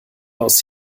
aus